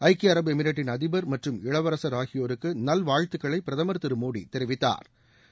ஐக்கிய அரபு எமிரேட்டின் அதிபர் மற்றும் இளவரன் ஆகியோருக்கு நல்வாழ்த்துகளை பிரதமர் திரு மோடி தெரிவித்தாா்